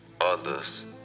others